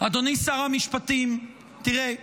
אדוני שר המשפטים, תראה,